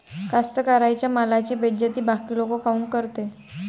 कास्तकाराइच्या मालाची बेइज्जती बाकी लोक काऊन करते?